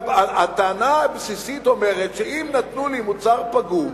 הטענה הבסיסית אומרת, שאם נתנו לי מוצר פגום,